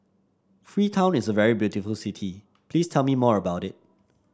Freetown is a very beautiful city please tell me more about it